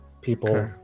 people